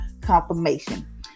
confirmation